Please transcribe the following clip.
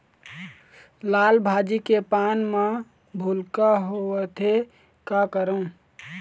लाल भाजी के पान म भूलका होवथे, का करों?